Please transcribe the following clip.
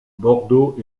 bordeaux